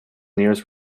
nearest